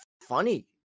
funny